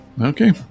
Okay